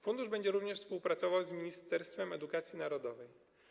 Fundusz będzie również współpracował z Ministerstwem Edukacji Narodowej.